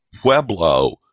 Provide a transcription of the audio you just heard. Pueblo